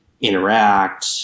interact